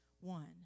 one